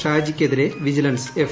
ഷാജിക്കെതിരേ vigilance F